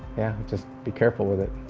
yeah, just be careful with it.